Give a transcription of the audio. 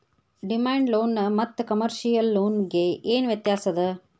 Demand loan ಮತ್ತ commercial loan ಗೆ ಏನ್ ವ್ಯತ್ಯಾಸದ?